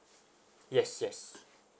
yes yes